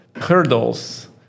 hurdles